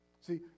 See